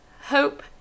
Hope